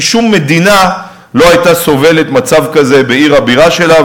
כי שום מדינה לא הייתה סובלת מצב כזה בעיר הבירה שלה,